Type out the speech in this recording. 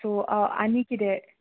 so आनी किरें